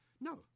No